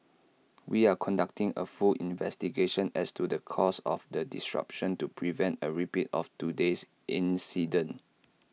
we are conducting A full investigation as to the cause of the disruption to prevent A repeat of today's incident